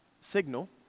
signal